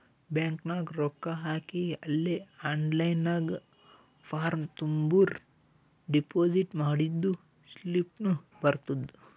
bank ನಾಗ್ ರೊಕ್ಕಾ ಹಾಕಿ ಅಲೇ ಆನ್ಲೈನ್ ನಾಗ್ ಫಾರ್ಮ್ ತುಂಬುರ್ ಡೆಪೋಸಿಟ್ ಮಾಡಿದ್ದು ಸ್ಲಿಪ್ನೂ ಬರ್ತುದ್